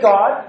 God